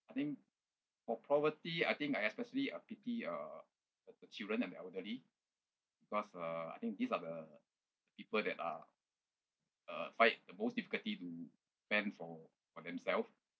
I think for poverty I think I especially uh pity uh the the children and the elderly because uh I think these are the people that are uh find the most difficulty to fend for for themselves